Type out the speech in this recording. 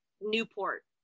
Newport